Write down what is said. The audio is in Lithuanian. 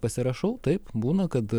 pasirašau taip būna kad